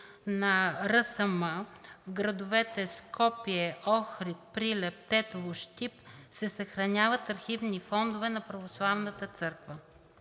Македония в градовете Скопие, Охрид, Прилеп, Тетово, Щип се съхраняват архивните фондове на Православната църква.